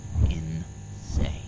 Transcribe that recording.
insane